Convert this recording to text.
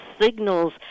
signals